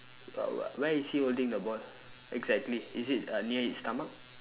uh where is he holding the ball exactly is it uh near his stomach